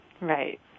Right